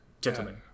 Gentlemen